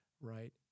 right